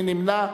מי נמנע?